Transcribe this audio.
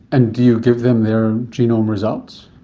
and do you give them their genome results?